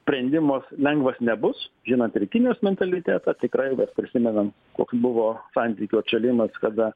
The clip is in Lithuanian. sprendimas lengvas nebus žinant ir kinijos mentalitetą tikrai va prisimenam koks buvo santykių atšalimas kada